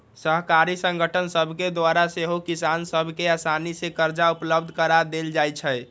सहकारी संगठन सभके द्वारा सेहो किसान सभ के असानी से करजा उपलब्ध करा देल जाइ छइ